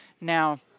Now